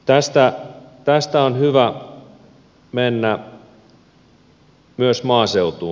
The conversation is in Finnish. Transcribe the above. tästä on hyvä mennä myös maaseutuun